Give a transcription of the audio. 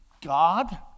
God